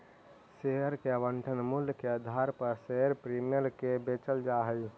share के आवंटन मूल्य के आधार पर शेयर प्रीमियम के बेचल जा हई